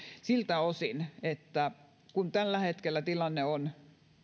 siltä osin että kun tällä hetkellä tilanne on